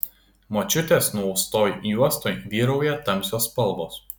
močiutės nuaustoj juostoj vyrauja tamsios spalvos